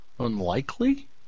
unlikely